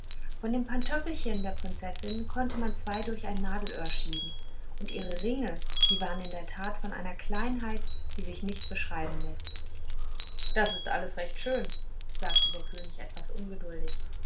von den pantöffelchen der prinzessin konnte man zwei durch ein nadelöhr schieben und ihre ringe die waren in der tat von einer kleinheit die sich nicht beschreiben läßt das ist alles recht schön sagte der könig etwas ungeduldig